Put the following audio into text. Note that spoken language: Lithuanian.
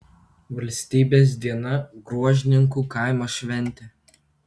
valstybės dieną gruožninkų kaimo šventė